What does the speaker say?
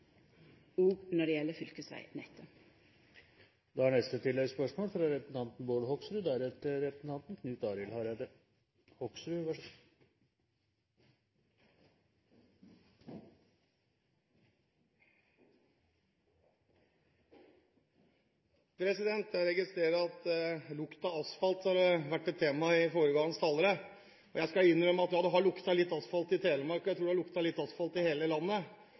når det gjeld fylkesvegnettet. Bård Hoksrud – til oppfølgingsspørsmål. Jeg registrer at lukten av asfalt har vært et tema hos foregående talere. Jeg skal innrømme at ja, det har luktet litt asfalt i Telemark, og jeg tror det har luktet litt asfalt i hele landet.